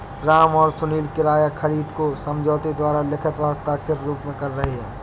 राम और सुनील किराया खरीद को समझौते द्वारा लिखित व हस्ताक्षरित रूप में कर रहे हैं